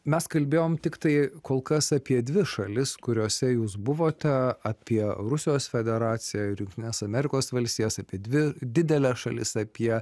mes kalbėjom tiktai kol kas apie dvi šalis kuriose jūs buvote apie rusijos federaciją ir jungtines amerikos valstijas apie dvi dideles šalis apie